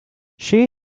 shi